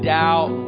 doubt